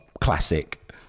Classic